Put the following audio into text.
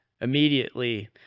immediately